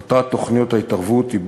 מטרת תוכניות ההתערבות היא,